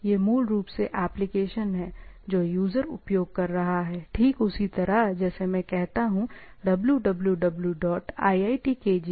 ये मूल रूप से एप्लिकेशन हैं जो यूजर उपयोग कर रहा है ठीक उसी तरह जैसे मैं कहता हूं wwwiitkgpacin